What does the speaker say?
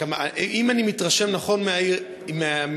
אם אני מתרשם נכון מהעירייה,